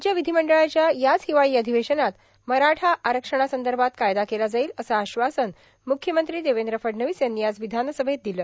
राज्य विधीमंडळाच्या याच हिवाळी अधिवेशनात मराठा आरक्षणासंदर्भात कायदा केला जाईल असं आश्वासन मुख्यमंत्री देवेंद्र फडणवीस यांनी आज विधानसभेत दिलं